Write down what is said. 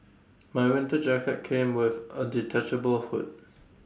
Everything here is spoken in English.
my winter jacket came with A detachable hood